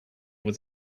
was